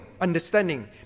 understanding